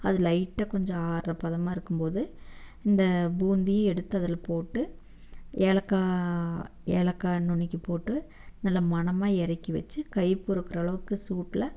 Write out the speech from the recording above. அது லைட்டாக கொஞ்சம் ஆறுகிற பதமாக இருக்கும் போது இந்த பூந்தியை எடுத்து அதில் போட்டு ஏலக்காய் ஏலக்காய் நுணுக்கி போட்டு நல்ல மணமாக இறக்கி வச்சு கைப்பொறுக்குற அளவுக்கு சூட்டில்